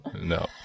no